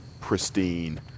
pristine